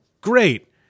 great